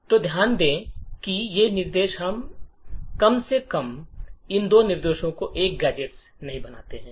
तो ध्यान दें कि ये निर्देश कम से कम इन दो निर्देशों को एक गैजेट नहीं बनाते हैं